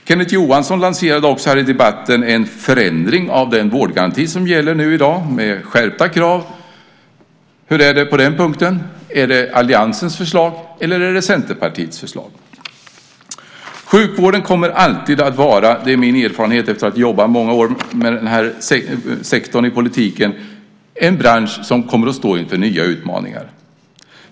Kenneth Johansson lanserade i debatten en förändring av den vårdgaranti som gäller i dag med skärpta krav. Hur är det på den punkten? Är det alliansens förslag eller är det Centerpartiets förslag? Sjukvården kommer alltid att vara en bransch som kommer att stå inför nya utmaningar. Det är min erfarenhet efter att ha jobbat i många år med denna sektor i politiken.